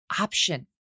option